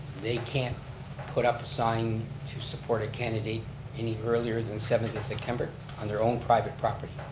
they can't put up a sign to support a candidate any earlier than the seventh of september on their own private property?